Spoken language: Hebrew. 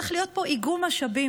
צריך להיות פה איגום משאבים,